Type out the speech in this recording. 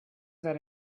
that